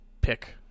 pick